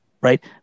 Right